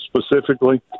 specifically